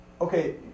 Okay